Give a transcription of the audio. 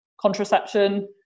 contraception